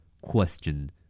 Question